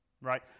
right